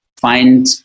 find